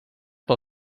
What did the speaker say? pel